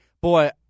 boy